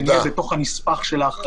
שנהיה בתוך הנספח של ההחרגות,